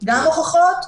גם הוכחות,